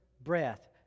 breath